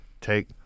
take